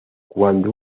cuando